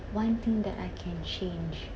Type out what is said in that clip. one thing that I can change